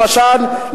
למשל,